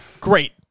Great